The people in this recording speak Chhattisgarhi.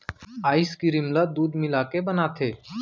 आइसकीरिम ल दूद मिलाके बनाथे